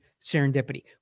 serendipity